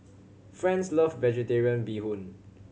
Franz love Vegetarian Bee Hoon